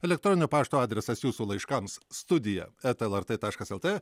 elektroninio pašto adresas jūsų laiškams studija lrt taškas lt